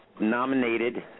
nominated